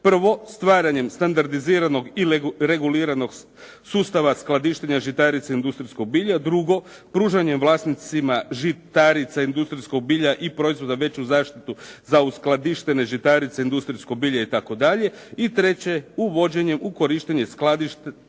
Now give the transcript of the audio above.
Prvo, stvaranjem standardiziranog i reguliranog sustava skladištenja žitarica i industrijskog bilja. Drugo, pružanje vlasnicima žitarica i industrijskog bilja i proizvoda veću zaštitu za uskladištene žitarice, industrijsko bilje itd. i treće, uvođenje u korištenje skladišnica